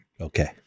Okay